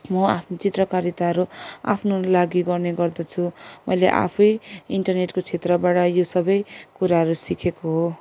म आफ्नो चित्रकारिताहरू आफ्नो लागि गर्ने गर्दछु मैले आफै इन्टरनेटको क्षेत्रबाट यो सबै कुराहरू सिकेको हो